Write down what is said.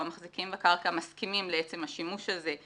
המחזיקים בקרקע מסכימים לעצם השימוש הזה.